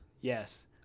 Yes